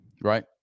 Right